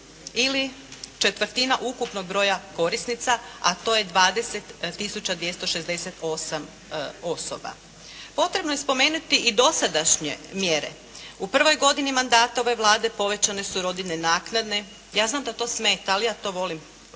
ili četvrtina ukupnog broja korisnica a to je 20 tisuća 268 osoba. Potrebno je spomenuti i dosadašnje mjere. U prvoj godini mandata ove Vlade povećane su rodiljne naknade. Ja znam da to smeta ali ja to volim